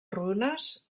runes